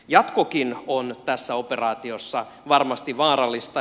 jatkokin on tässä operaatiossa varmasti vaarallista